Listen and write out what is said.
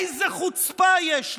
איזה חוצפה יש לך.